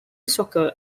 soccer